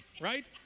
right